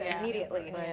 immediately